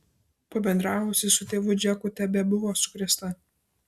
pabendravusi su tėvu džeku tebebuvo sukrėsta